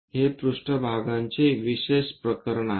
हे पृष्ठभागाचे विशेष प्रकरण आहेत